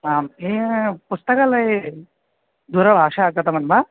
आम् एव पुस्तकालये दूरभाषा कृतं वा